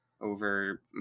over